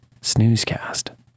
snoozecast